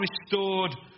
restored